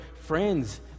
friends